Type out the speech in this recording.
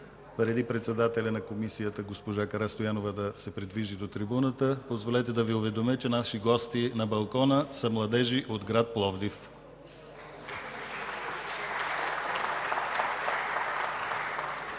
Преди председателят на Комисията – госпожа Карастоянова, да се придвижи до трибуната, позволете да Ви уведомя, че наши гости на балкона са младежи от град Пловдив.